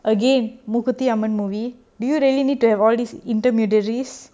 again mookuthiyamman movie do you really need to have all these intermediaries